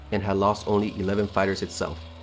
and had lost only eleven fighters itself,